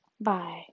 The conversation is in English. Bye